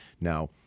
Now